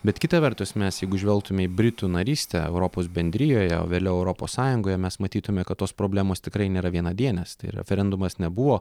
bet kita vertus mes jeigu žvelgtume į britų narystę europos bendrijoje o vėliau europos sąjungoje mes matytume kad tos problemos tikrai nėra vienadienės tai referendumas nebuvo